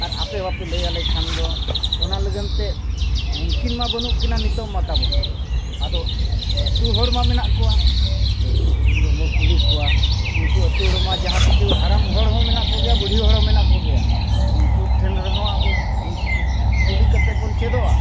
ᱟᱨ ᱟᱯᱮ ᱵᱟᱯᱮ ᱞᱟᱹᱭᱟᱞᱮ ᱠᱷᱟᱱ ᱫᱚ ᱚᱱᱟ ᱞᱟᱹᱜᱤᱫ ᱛᱮ ᱩᱱᱠᱩᱱ ᱢᱟ ᱵᱟᱹᱱᱩᱜ ᱠᱤᱱᱟ ᱱᱤᱛᱳᱜ ᱢᱟ ᱛᱟᱵᱚᱱ ᱟᱫᱚ ᱟᱛᱳ ᱦᱚᱲ ᱢᱟ ᱢᱮᱱᱟᱜ ᱠᱚᱣᱟ ᱟᱛᱳ ᱨᱮᱦᱚᱸ ᱠᱩᱞᱤ ᱠᱚᱣᱟ ᱩᱱᱠᱩ ᱟᱛᱳ ᱦᱚᱲ ᱢᱟ ᱡᱟᱦᱟᱸ ᱠᱤᱪᱷᱩ ᱦᱟᱲᱟᱢ ᱦᱚᱲ ᱦᱚᱸ ᱢᱮᱱᱟᱜ ᱠᱚᱜᱮᱭᱟ ᱵᱩᱰᱷᱤ ᱦᱚᱲ ᱦᱚᱸ ᱢᱮᱱᱟᱜ ᱠᱚᱜᱮᱭᱟ ᱩᱱᱠᱩ ᱴᱷᱮᱱ ᱨᱮᱦᱚᱸ ᱟᱵᱚ ᱠᱩᱞᱤ ᱠᱟᱛᱮ ᱵᱚᱱ ᱪᱮᱫᱚᱜᱼᱟ